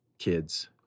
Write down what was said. kids